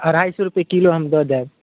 अढ़ाइ सओ रुपैए किलो हम दऽ देब